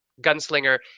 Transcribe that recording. gunslinger